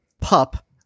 Pup